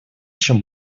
чем